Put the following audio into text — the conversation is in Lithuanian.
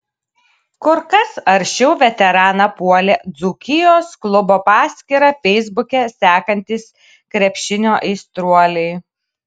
kur kas aršiau veteraną puolė dzūkijos klubo paskyrą feisbuke sekantys krepšinio aistruoliai